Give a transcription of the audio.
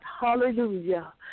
Hallelujah